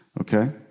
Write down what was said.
Okay